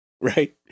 Right